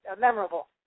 memorable